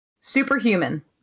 Superhuman